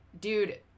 dude